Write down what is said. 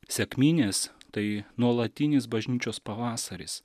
sekminės tai nuolatinis bažnyčios pavasaris